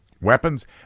weapons